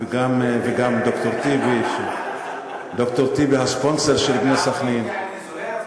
וגם ד"ר טיבי, הספונסר של "בני סח'נין".